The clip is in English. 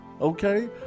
Okay